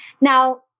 Now